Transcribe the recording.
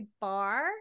bar